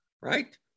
right